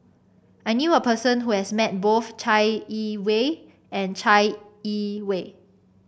I knew a person who has met both Chai Yee Wei and Chai Yee Wei